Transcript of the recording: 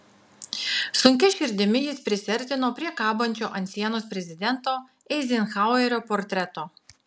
sunkia širdimi jis prisiartino prie kabančio ant sienos prezidento eizenhauerio portreto